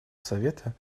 совета